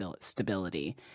stability